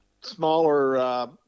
smaller